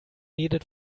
needed